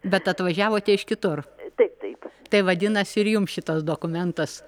bet atvažiavote iš kitur taip taip tai vadinasi ir jums šitas dokumentas